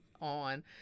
on